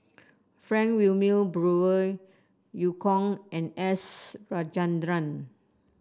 Frank Wilmin Brewer Eu Kong and S Rajendran